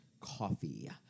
Coffee